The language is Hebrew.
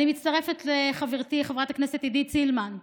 אני מצטרפת לחברתי חברת הכנסת עידית סילמן,